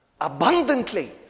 Abundantly